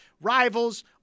rivals